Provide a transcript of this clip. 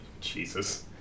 Jesus